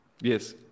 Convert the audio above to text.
Yes